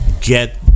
get